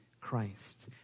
Christ